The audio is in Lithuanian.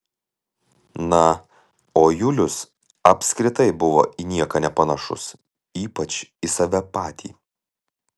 na o julius apskritai buvo į nieką nepanašus ypač į save patį